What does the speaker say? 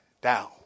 Down